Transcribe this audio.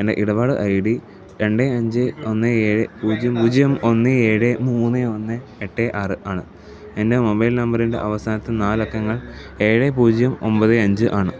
എൻ്റെ ഇടപാട് I D രണ്ട് അഞ്ച് ഒന്ന് ഏഴ് പൂജ്യം പൂജ്യം ഒന്ന് ഏഴ് മൂന്ന് ഒന്ന് എട്ട് ആറ് ആണ് എൻ്റെ മൊബൈൽ നമ്പറിൻ്റെ അവസാനത്തെ നാലക്കങ്ങൾ ഏഴ് പൂജ്യം ഒമ്പത് അഞ്ച് ആണ്